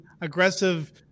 aggressive